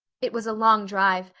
it was a long drive,